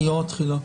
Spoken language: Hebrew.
מיום התחילה.